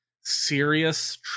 serious